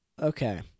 Okay